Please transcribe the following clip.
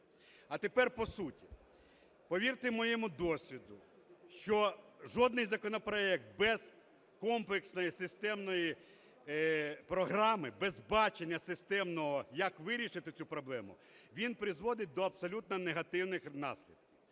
А тепер по суті. Повірте моєму досвіду, що жодний законопроект без комплексної системної програми, без бачення системно, як вирішити цю проблему, він призводить до абсолютно негативних наслідків.